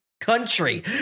country